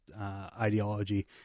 ideology